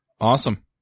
Awesome